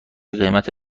قیمت